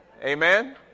Amen